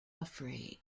afraid